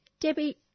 Debbie